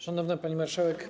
Szanowna Pani Marszałek!